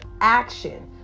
action